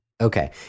Okay